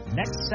next